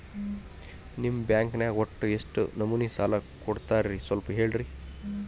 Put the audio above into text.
ನಿಮ್ಮ ಬ್ಯಾಂಕ್ ನ್ಯಾಗ ಒಟ್ಟ ಎಷ್ಟು ನಮೂನಿ ಸಾಲ ಕೊಡ್ತೇರಿ ಸ್ವಲ್ಪ ಹೇಳ್ರಿ